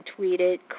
tweeted